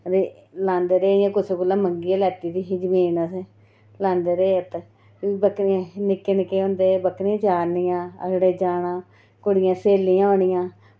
ते लांदे रेह् इ'यां कुसै कोला मंगियै लैती दी ही जमीन असें लांदे रेह् उत्त बकरियां निक्के निक्के होंदे रेह् बकरियां चारनियां अगड़े जाना कुड़ियां स्हेलियां होनियां